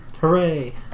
Hooray